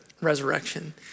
resurrection